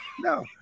no